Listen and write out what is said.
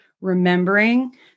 remembering